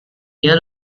dia